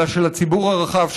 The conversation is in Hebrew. אלא של הציבור הרחב,